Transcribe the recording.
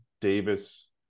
Davis